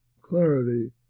clarity